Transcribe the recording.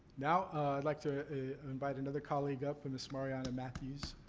now, i'd like to invite another colleague up, and, that's mariana matthews,